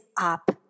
up